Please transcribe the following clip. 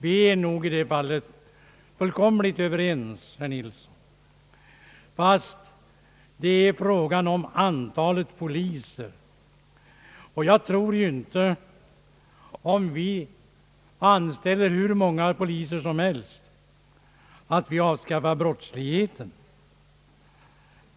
Vi är nog i detta fall fullständigt överens, herr Nilsson, men nu är det fråga om antalet poliser. Jag tror inte att vi avskaffar brottsligheten ens om vi anställer hur många poliser som helst.